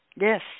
Yes